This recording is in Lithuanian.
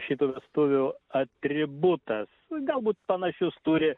šitų vestuvių atributas galbūt panašius turi